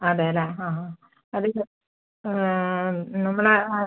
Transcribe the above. അതെയല്ലേ ആ ആ അത് നമ്മള്